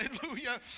hallelujah